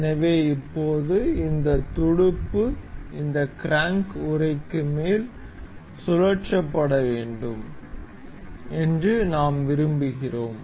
எனவே இப்போது இந்த துடுப்பு இந்த கிராங்க் உறைக்கு மேல் சுழற்றப்பட வேண்டும் என்று நாம் விரும்புகிறோம்